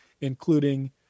including